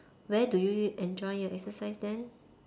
where do you you enjoy your exercise then